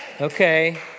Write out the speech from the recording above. Okay